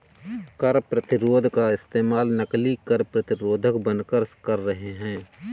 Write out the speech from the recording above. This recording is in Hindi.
कर प्रतिरोध का इस्तेमाल नकली कर प्रतिरोधक बनकर कर रहे हैं